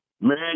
Man